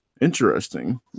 interesting